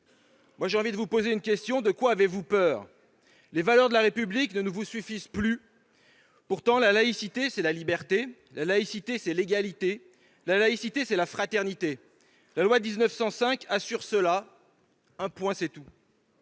sénatoriale, je vous pose la question : de quoi avez-vous peur ? Les valeurs de la République ne vous suffisent-elles plus ? Pourtant, la laïcité, c'est la liberté ; la laïcité, c'est l'égalité ; la laïcité, c'est la fraternité. La loi de 1905 assure ces valeurs, un point c'est tout.